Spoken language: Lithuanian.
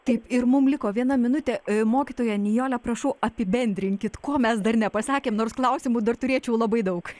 taip ir mum liko viena minutė mokytoja nijole prašau apibendrinkit ko mes dar nepasakėm nors klausimų dar turėčiau labai daug